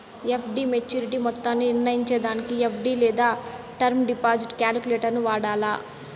FD maturity మొత్తాన్ని నిర్నయించేదానికి FD లేదా టర్మ్ డిపాజిట్ కాలిక్యులేటరును వాడాల